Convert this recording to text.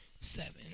seven